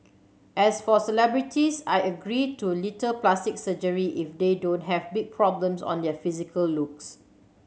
as for celebrities I agree to little plastic surgery if they don't have big problems on their physical looks